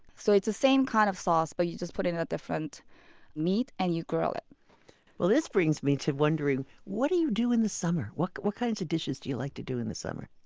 so it's the same kind of sauce, but you just put in a different meat, and you grill it well, this brings me to wondering what do you you do in the summer? what what kinds of dishes do you like to do in the summer?